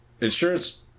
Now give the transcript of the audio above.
Insurance